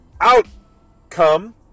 outcome